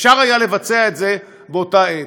אפשר היה לבצע את זה באותה עת.